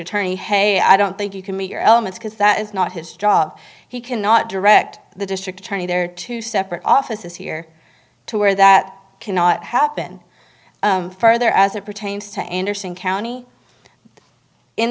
attorney hey i don't think you can meet your elements because that is not his job he cannot direct the district attorney there are two separate offices here to where that cannot happen further as it pertains to anderson county in